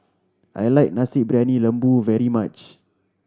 I like Nasi Briyani Lembu very much